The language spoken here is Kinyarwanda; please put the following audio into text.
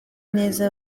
neza